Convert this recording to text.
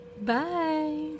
Bye